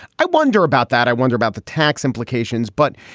i wonder about that. i wonder about the tax implications. but,